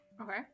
Okay